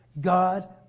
God